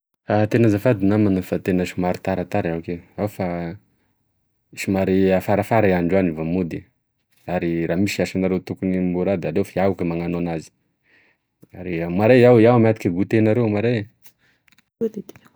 Ah tena azafady namana fa tena somary taratara iaho ke ao fa somary afarafara iaho andrany vao mody ary raha misy asanareo tokony ho raha da aleo f'iaho eky magnano azy ary amaray iaho- iaho miantoky gouter anareo amaray e.